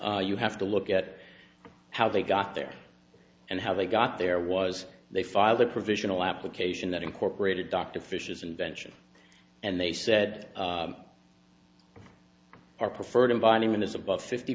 you have to look at how they got there and how they got there was they filed a provisional application that incorporated dr fish's invention and they said our preferred environment is about fifty